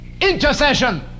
intercession